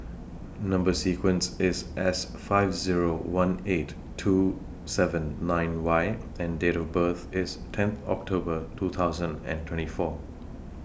Number sequence IS S five Zero one eight two seven nine Y and Date of birth IS ten October two thousand and twenty four